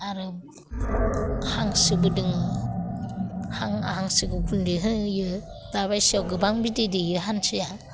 आरो हांसोबो दोङो हांसोखो गुन्दै होयो दा बायसायाव गोबां बिदै दैयो हांसोआ